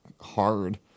hard